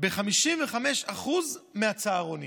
ב-55% מהצהרונים.